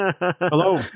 Hello